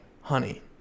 honey